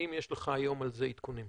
האם יש לך היום על זה עדכונים?